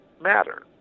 matter